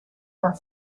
are